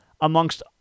amongst